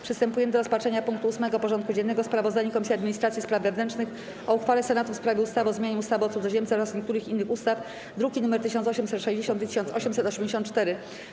Przystępujemy do rozpatrzenia punktu 8. porządku dziennego: Sprawozdanie Komisji Administracji i Spraw Wewnętrznych o uchwale Senatu w sprawie ustawy o zmianie ustawy o cudzoziemcach oraz niektórych innych ustaw (druki nr 1860 i 1884)